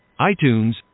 iTunes